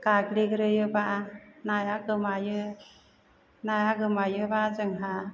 गाग्लिग्रोयोबा नाया गोमायो नाया गोमायोबा जोंहा